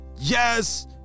Yes